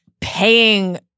paying